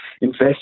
invest